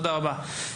תודה רבה.